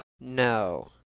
no